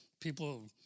people